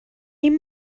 این